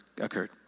occurred